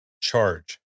charge